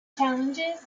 challenges